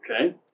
Okay